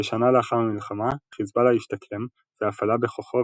כשנה לאחר המלחמה חזבאללה הישתקם ואף עלה בכוחו